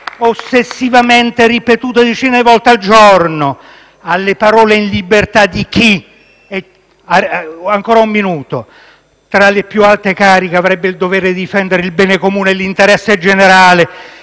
Ossessivamente ripetute decine di volte al giorno. Ebbene, alle parole in libertà di chi, tra le più alte cariche, avrebbe il dovere di difendere il bene comune e l'interesse generale,